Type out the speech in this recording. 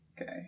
Okay